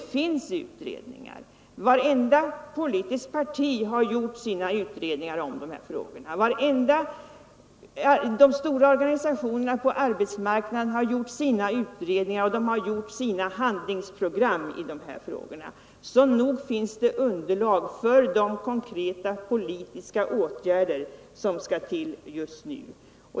Det finns också utredningar gjorda: vartenda politiskt parti har gjort sina utredningar, och de stora organisationerna på arbetsmarknaden har gjort sina utredningar och skri vit sina handlingsprogram i de här frågorna, så nog finns det underlag för de konkreta politiska åtgärder som krävs just nu.